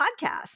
podcast